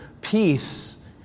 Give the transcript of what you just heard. peace